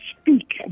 speak